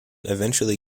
eventually